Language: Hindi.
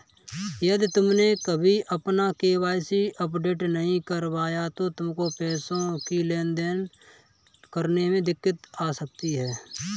यदि तुमने अभी अपना के.वाई.सी अपडेट नहीं करवाया तो तुमको पैसों की लेन देन करने में दिक्कत आ सकती है